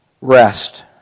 rest